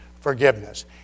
Forgiveness